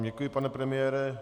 Děkuji vám, pane premiére.